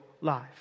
life